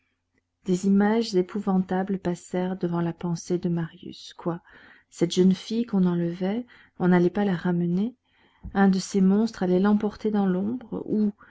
des images épouvantables passèrent devant la pensée de marius quoi cette jeune fille qu'on enlevait on n'allait pas la ramener un de ces monstres allait l'emporter dans l'ombre où